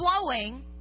flowing